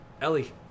Ellie